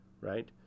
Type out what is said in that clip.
right